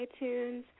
iTunes